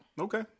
Okay